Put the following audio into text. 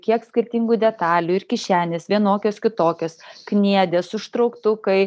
kiek skirtingų detalių ir kišenės vienokios kitokios kniedės užtrauktukai